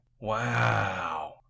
Wow